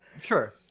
sure